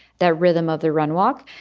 that rhythm of the run walk.